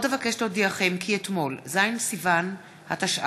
עוד אבקש להודיעכם כי אתמול, ז' בסיוון התשע"ו,